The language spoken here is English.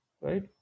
right